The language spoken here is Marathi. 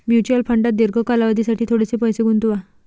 म्युच्युअल फंडात दीर्घ कालावधीसाठी थोडेसे पैसे गुंतवा